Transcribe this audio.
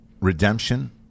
redemption